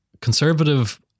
conservative